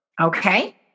Okay